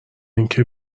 اینکه